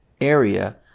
area